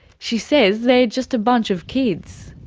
she says they're just a bunch of kids.